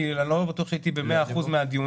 כי אני לא בטוח שהייתי ב-100% מהדיונים.